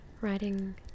writing